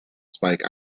spike